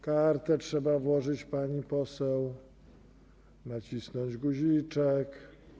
Kartę trzeba włożyć, pani poseł, nacisnąć guziczek.